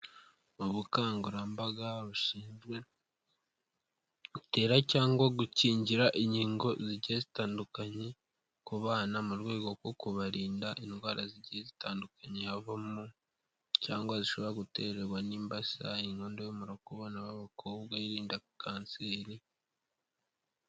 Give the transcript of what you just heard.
Ubukangurambaga bushinzwe gutera cyangwa gukingira inkingo zitandukanye ku bana mu rwego rwo kubarinda indwara zigiye zitandukanye habamo cyangwa zishobora guterwa n'imbasa, inkondo y'umura ku bana b'abakobwa irinda kanseri.